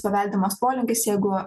paveldimas polinkis jeigu